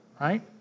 Right